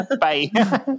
bye